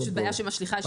המונופולים.